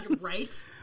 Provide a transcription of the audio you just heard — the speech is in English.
Right